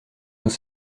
nous